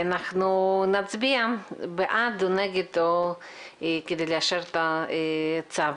אנחנו נצביע בעד או נגד כדי לאשר את הצו.